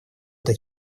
это